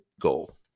goal